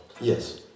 Yes